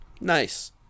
Nice